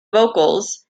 vocals